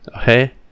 Okay